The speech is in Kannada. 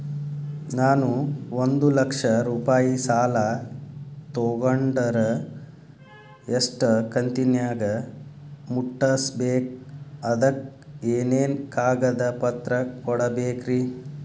ನಾನು ಒಂದು ಲಕ್ಷ ರೂಪಾಯಿ ಸಾಲಾ ತೊಗಂಡರ ಎಷ್ಟ ಕಂತಿನ್ಯಾಗ ಮುಟ್ಟಸ್ಬೇಕ್, ಅದಕ್ ಏನೇನ್ ಕಾಗದ ಪತ್ರ ಕೊಡಬೇಕ್ರಿ?